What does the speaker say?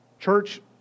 Church